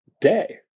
day